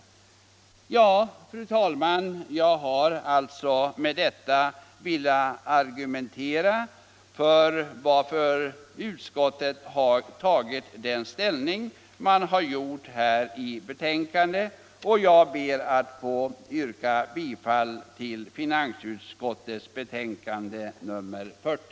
Fru talman! Jag har med detta velat förklara utskottets ställningstagande, och jag ber att få yrka bifall till vad utskottet hemställt.